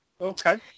Okay